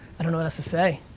i don't know what else to say,